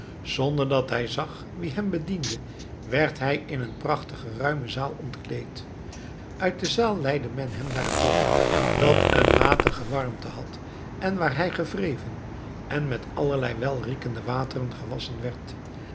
zonder dat hij zag wie hem bediende werd hij in een prachtige ruime zaal ontkleed uit de zaal leidde men hem naar het bad dat een matige warmte had en waar hij gewreven en met allerlei welriekende wateren gewasschen werd